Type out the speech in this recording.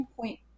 point